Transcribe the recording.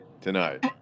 tonight